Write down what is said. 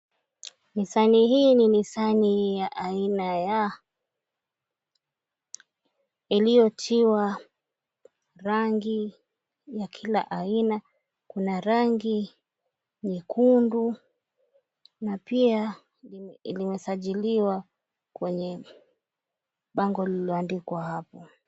Nisani hii ni nisani ya aina ya iliyotiwa rangi ya kila aina kuna rangi nyekundu na pia imesajiliwa kwenye bango liloandikwa ℎapo.